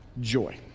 joy